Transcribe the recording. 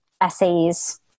essays